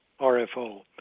RFO